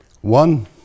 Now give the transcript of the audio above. One